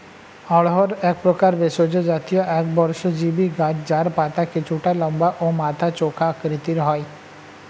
অড়হর একপ্রকার ভেষজ জাতীয় একবর্ষজীবি গাছ যার পাতা কিছুটা লম্বা ও মাথা চোখা আকৃতির হয়